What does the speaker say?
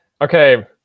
okay